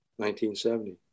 1970